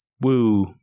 woo